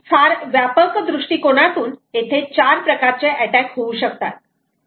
फार व्यापक दृष्टिकोनातून येथे चार प्रकारचे अटॅक होऊ शकतात